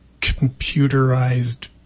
computerized